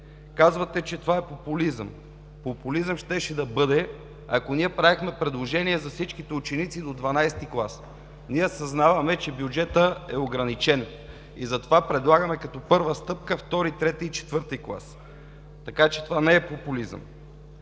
Казвате, че това е популизъм. Популизъм щеше да бъде, ако правехме предложение за всичките ученици до 12 клас. Съзнаваме, че бюджетът е ограничен и затова предлагаме като първа стъпка – втори, трети и четвърти клас. Това не е популизъм!